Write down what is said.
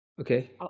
Okay